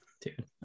Dude